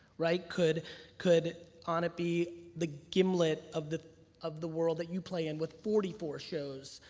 right? could could on it be the gimlet of the of the world that you play in with forty four shows,